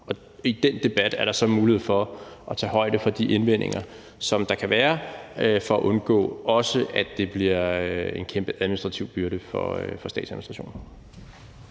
Og i den debat er der så mulighed for at tage højde for de indvendinger, der kan være, for også at undgå, at det bliver en kæmpe administrativ byrde for statsadministrationen.